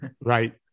Right